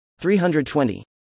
320